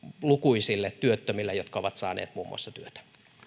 lukuisille työttömille jotka ovat saaneet muun muassa työtä